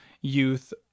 youth